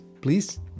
please